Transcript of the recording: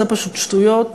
זה פשוט שטויות.